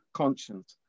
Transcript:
conscience